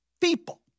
people